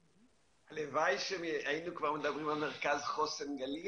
הלוואי שהיינו כבר מדברים על מרכז חוסן גליל,